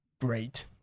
great